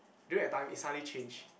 during that time it suddenly change